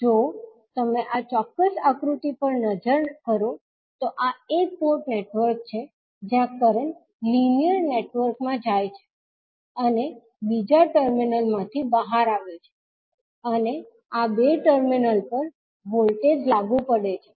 જો તમે આ ચોક્ક્સ આકૃતિ પર નજર કરો તો આ એક પોર્ટ નેટવર્ક છે જ્યાં કરંટ લિનિયર નેટવર્ક માં જાય છે અને બીજા ટર્મિનલ માંથી બહાર આવે છે અને આ બે ટર્મિનલ પર વોલ્ટેજ લાગુ પડે છે